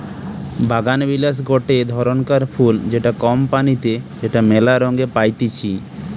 বাগানবিলাস গটে ধরণকার ফুল যেটা কম পানিতে যেটা মেলা রঙে পাইতিছি